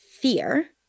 fear